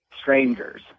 strangers